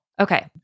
Okay